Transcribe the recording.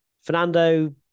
Fernando